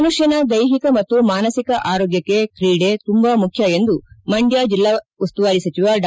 ಮನುಷ್ಠನ ದೈಟಿಕ ಮತ್ತು ಮಾನಸಿಕ ಆರೋಗ್ಯಕ್ಷೆ ತ್ರೀಡೆ ತುಂಬಾ ಮುಖ್ಯ ಎಂದು ಮಂಡ್ಕ ಜಿಲ್ಲಾ ಉಸ್ತುವಾರಿ ಸಚಿವ ಡಾ